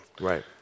Right